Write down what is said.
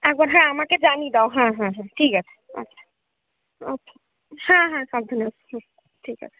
একবার হ্যাঁ আমাকে জানিয়ে দাও হ্যাঁ হ্যাঁ হ্যাঁ ঠিক আছে আচ্ছা আচ্ছা হ্যাঁ হ্যাঁ সাবধানে আসছি ঠিক আছে